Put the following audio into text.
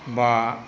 बा